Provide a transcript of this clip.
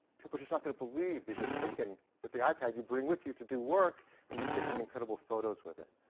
people are just not going to believe these are taken with the ipad you bring with you to do work and you're taking incredible photos with it.